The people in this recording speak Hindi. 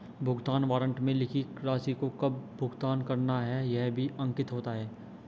भुगतान वारन्ट में लिखी राशि को कब भुगतान करना है यह भी अंकित होता है